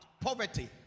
Poverty